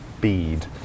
bead